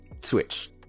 switch